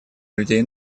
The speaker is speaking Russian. людей